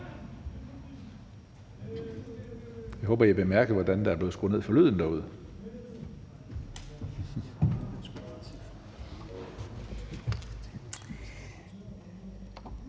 Jeg håber, at I har bemærket, hvordan der er blevet skruet ned for lyden derude